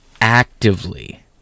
actively